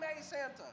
Santa